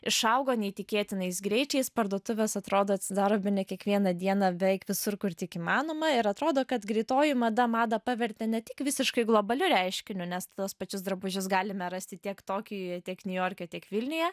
išaugo neįtikėtinais greičiais parduotuvės atrodo atsidaro bene kiekvieną dieną beveik visur kur tik įmanoma ir atrodo kad greitoji mada madą pavertė ne tik visiškai globaliu reiškiniu nes tuos pačius drabužius galime rasti tiek tokijuje tiek niujorke tiek vilniuje